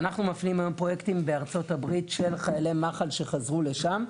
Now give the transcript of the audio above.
אנחנו מפנים היום פרויקטים בארצות-הברית של חיילי מח"ל שחזרו לשם.